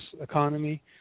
economy